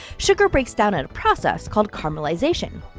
sugar breaks down in a process called caramelization.